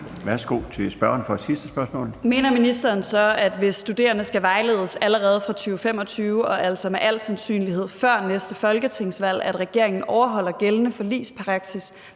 Sofie Lippert (SF): Mener ministeren så, at regeringen, hvis studerende skal vejledes allerede fra 2025 og altså med al sandsynlighed før næste folketingsvalg, overholder gældende forligspraksis,